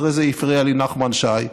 אחרי זה הפריע לי נחמן שי.